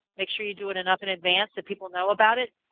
make sure you do it enough in advance that people know about it.